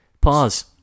Pause